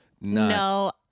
No